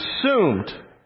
consumed